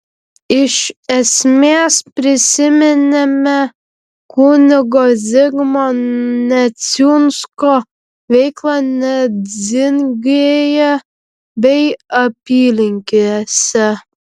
iš esmės prisiminėme kunigo zigmo neciunsko veiklą nedzingėje bei apylinkėse